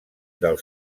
del